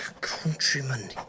Countrymen